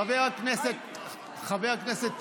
חבר הכנסת טיבי,